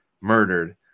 murdered